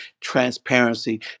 transparency